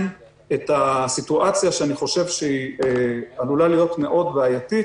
את הסיטואציה שעלולה להיות בעייתית מאוד,